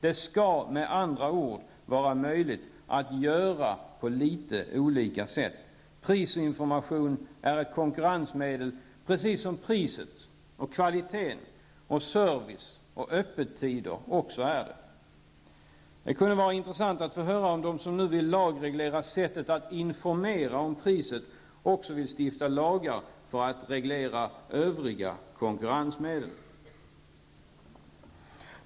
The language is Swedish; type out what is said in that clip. Det skall med andra ord vara möjligt att göra på litet olika sätt. Prisinformation är ett konkurrensmedel precis som pris, kvalitet, service och öppettider är det. Det kunde vara intressant att få höra om de som nu vill lagreglera sättet att informera om priset också vill stifta lagar för att reglera övriga konkurrensmedel.